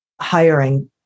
hiring